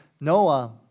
Noah